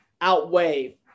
outweigh